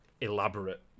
elaborate